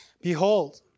Behold